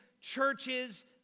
churches